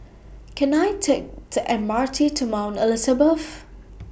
Can I Take The M R T to Mount Elizabeth